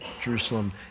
Jerusalem